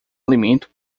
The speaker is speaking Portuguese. alimento